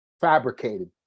fabricated